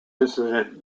incident